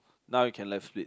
now you can left flip